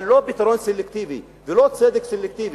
אבל לא פתרון סלקטיבי ולא צדק סלקטיבי,